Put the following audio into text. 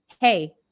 hey